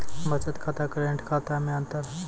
बचत खाता करेंट खाता मे अंतर?